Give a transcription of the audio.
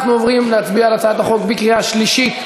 אנחנו עוברים להצביע על הצעת החוק בקריאה שלישית.